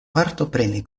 partopreni